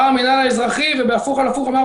בא המינהל האזרחי ובהפוך על הפוך אמר,